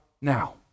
now